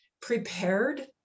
prepared